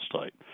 state